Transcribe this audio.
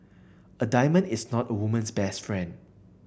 a diamond is not a woman's best friend